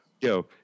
Yo